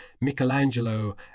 Michelangelo